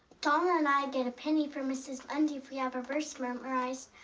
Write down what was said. donald and i get a penny from mrs. mundy if we have our verse memorized.